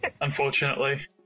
Unfortunately